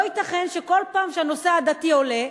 לא ייתכן שכל פעם שהנושא העדתי עולה,